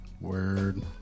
Word